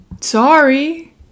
sorry